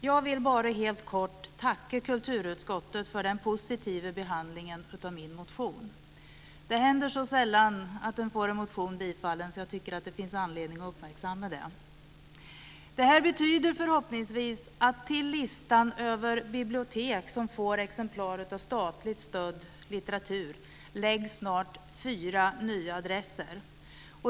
Fru talman! Jag vill helt kort tacka kulturutskottet för den positiva behandlingen av min motion. Det händer så sällan att man kan få en motion bifallen att jag tycker att det finns anledning att uppmärksamma det. Det här betyder förhoppningsvis att till listan över bibliotek som får exemplar av böcker utgivna med statligt stöd läggs snart fyra nya adresser.